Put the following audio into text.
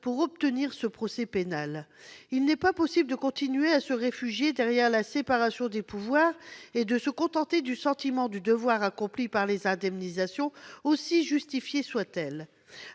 pour obtenir ce procès pénal. Il n'est pas possible de continuer à se « réfugier » derrière la séparation des pouvoirs et de se contenter du sentiment du devoir accompli au moyen des indemnisations, aussi justifiées soient-elles. À